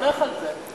לך על זה.